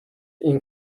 این